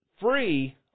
free